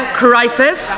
crisis